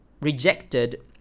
Rejected